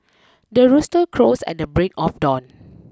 the rooster crows at the break of dawn